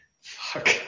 Fuck